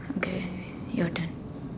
okay your turn